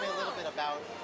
little bit about